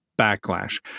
backlash